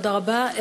תודה רבה,